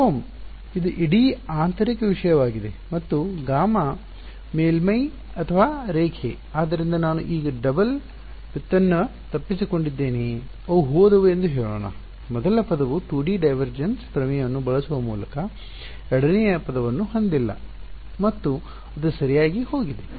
Ω ಇದು ಇಡೀ ಆಂತರಿಕ ವಿಷಯವಾಗಿದೆ ಮತ್ತು Γ ಮೇಲ್ಮೈ ಅಥವಾ ರೇಖೆ ಆದ್ದರಿಂದ ನಾನು ಈಗ ಡಬಲ್ ವ್ಯುತ್ಪನ್ನ ತಪ್ಪಿಸಿಕೊಂಡಿದ್ದೇನೆಯೇ ಅವು ಹೋದವು ಎಂದು ಹೇಳೋಣ ಮೊದಲ ಪದವು 2ಡಿ ಡೈವರ್ಜೆನ್ಸ್ ಪ್ರಮೇಯವನ್ನು ಬಳಸುವ ಮೂಲಕ ಎರಡನೆಯ ಪದವನ್ನು ಹೊಂದಿಲ್ಲ ಮತ್ತು ಅದು ಸರಿಯಾಗಿ ಹೋಗಿದೆ